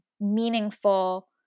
meaningful